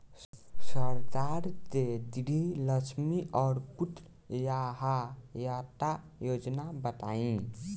सरकार के गृहलक्ष्मी और पुत्री यहायता योजना बताईं?